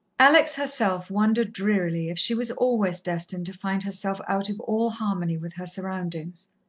alex herself wondered drearily if she was always destined to find herself out of all harmony with her surroundings.